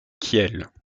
kiel